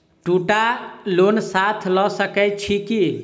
दु टा लोन साथ लऽ सकैत छी की?